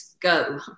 go